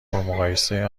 مقایسه